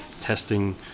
testing